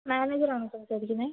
manager ആണ് സംസാരിക്കുന്നത്